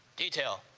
detail.